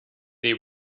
they